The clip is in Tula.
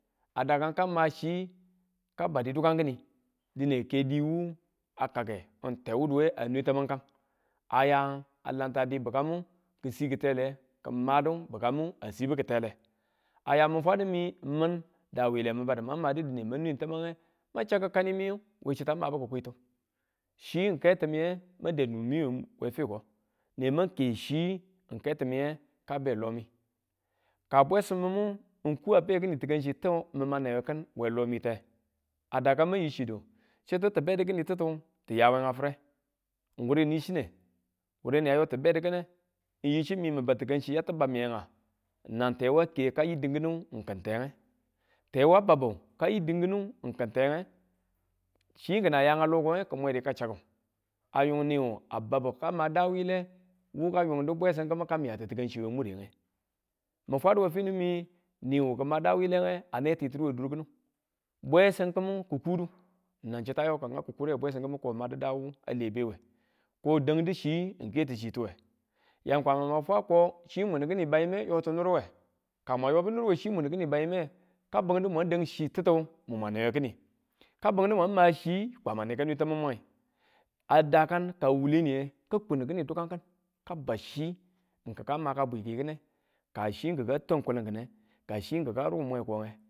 A dakaka ma chi, ka badi dukan kini dine diwu a kake n te wuduwe a nwe tamang kang a ya a lanta di bikamu ki sii ki̱tele, kimadu bikamu a siibu ki̱tele, aya n fwadu mi min da wu wuyile n madu dine mang nwe tamange mang, chaku kani miyu we chi a mabu ki̱kwitu chi n ke timiye ma dau numi we fiko nwema ke chi n ke ti̱miye kabe lomi a bwesimimu n kuu a be ki̱niti̱ka̱nchi tu min ma nweweki̱n we lomi, a dakan ma yichidu chutu ti̱be kini ti̱ yawe a fi̱re n wure chine wureni ayo ti̱bedu kin tenge chi ki̱na ya a lokong ki̱nwedu ka chakku a ying niyu a babu ka ma daa wuyile wukayungdu bwesimu ka miya ti̱kanchiye we murenge, mu fwadu we mure mi niyu ki̱ma daa wuyilenge ane ki̱ti̱duye durkinu, bwesim ki̱mu ki̱ kudu nang chitayo ki̱ngak ki̱kure we bwesim kimu ko madu daa wu a lebe we, ko da̱ng chi ke tichituwe yam kwama a fwa ko chi mun ki̱ni bayime ko yotu nirwe ka mwag yobu nirwe chi bayime ka bungdi ma da̱ng chititu mun mwa newe kini ka bungdi mwag ma chi kwama newe kini ka bungdi mwag ma chi kwama neka nwe tamag mwange a dakna ka wule niye ka kunu kini dukanki ka bau, chi kika maka bwiki kine ka chi ki̱nka twa̱ng kuli kine ka chi ki̱nka rung mwe konge.